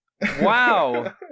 Wow